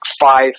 five